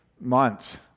months